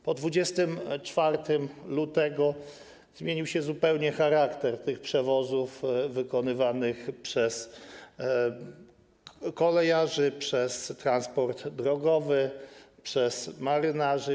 Po 24 lutego zmienił się zupełnie charakter tych przewozów wykonywanych przez kolejarzy, przez transport drogowy, przez marynarzy.